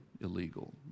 illegal